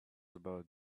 about